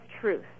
truth